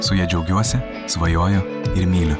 su ja džiaugiuosi svajoju ir myliu